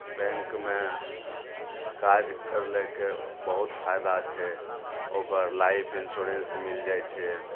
बैँकमे काज करैके बहुत फायदा छै ओकर लाइफ इन्श्योरेन्स मिलि जाए छै